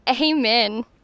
Amen